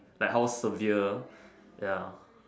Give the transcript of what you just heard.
like how severe ya